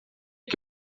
que